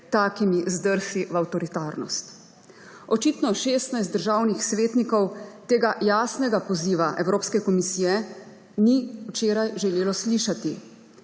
takimi zdrsi v avtoritarnost. Očitno 16 državnih svetnikov tega jasnega poziva Evropske komisije ni včeraj želelo slišati.